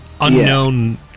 unknown